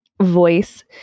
voice